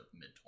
mid